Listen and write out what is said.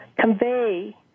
convey